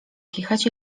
kichać